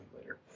later